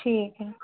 ठीक है